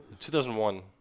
2001